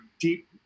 deep